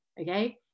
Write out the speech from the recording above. okay